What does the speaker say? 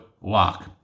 lock